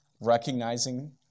recognizing